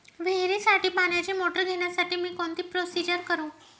विहिरीसाठी पाण्याची मोटर घेण्यासाठी मी कोणती प्रोसिजर करु?